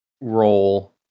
role